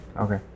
Okay